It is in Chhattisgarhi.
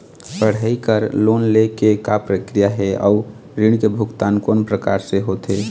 पढ़ई बर लोन ले के का प्रक्रिया हे, अउ ऋण के भुगतान कोन प्रकार से होथे?